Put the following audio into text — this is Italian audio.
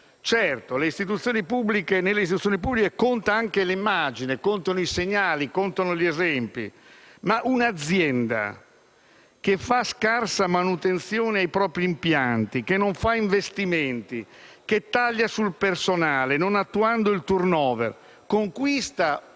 Certo, nelle istituzioni pubbliche contano anche l'immagine, i segnali e gli esempi, ma un'azienda che fa scarsa manutenzione ai propri impianti, non fa investimenti e taglia sul personale, non attuando il *turnover*, conquista o perde